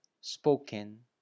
spoken